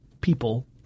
people –